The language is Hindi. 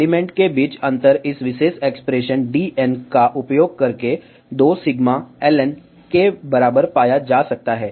एलिमेंट के बीच अंतर इस विशेष एक्सप्रेशन dn का उपयोग करके 2 सिग्मा Ln के बराबर पाया जा सकता है